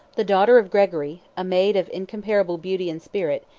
the daughter of gregory, a maid of incomparable beauty and spirit,